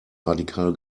radikal